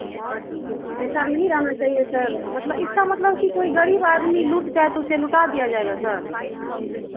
ऐसा नहीं रहना चाहिए सर मतलब इसका मतलब कि कोई गरीब आदमी लुट जाए तो उसे लुटा दिया जाएगा सर